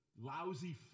lousy